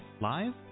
live